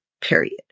period